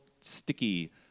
sticky